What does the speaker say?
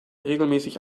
regelmäßig